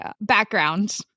background